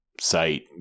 site